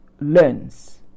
learns